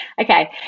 Okay